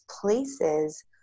places